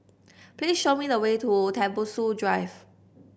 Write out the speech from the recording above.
please show me the way to Tembusu Drive